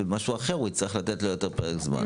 ובמשהו אחר הוא יצטרך לתת לו פרק זמן יותר ארוך.